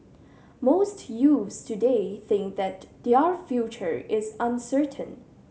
most youths today think that their future is uncertain